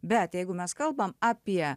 bet jeigu mes kalbame apie